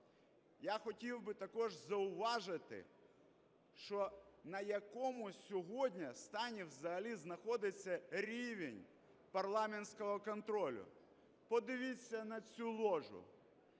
Я хотів би також зауважити, що на якому сьогодні стані взагалі знаходиться рівень парламентського контролю. Подивіться на цю ложу,